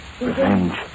revenge